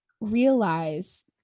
realize